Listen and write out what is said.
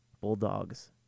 Bulldogs